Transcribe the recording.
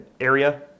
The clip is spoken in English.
area